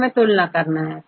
हमें तुलना करना होगी